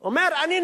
אומר: אני,